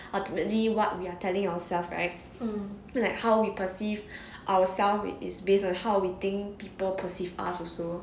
ultimately what we are telling ourselves right like how we perceive ourselves is based on how we think people perceive us also